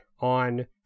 on